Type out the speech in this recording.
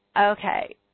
okay